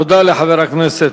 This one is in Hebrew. תודה לחבר הכנסת